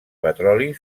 petroli